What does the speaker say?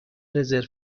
رزرو